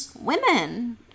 women